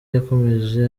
yakomeje